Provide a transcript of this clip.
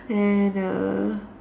and uh